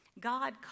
God